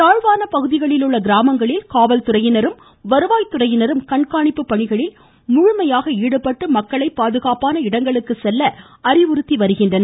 தாழ்வான பகுதிகளிலுள்ள கிராமங்களில் காவல்துறையினரும் வருவாய் துறையினரும் கண்காணிப்பு பணிகளில் முழுமையாக ஈடுபட்டு மக்களை பாதுகாப்பான இடங்களுக்கு செல்ல அறிவுறுத்தி வருகின்றனர்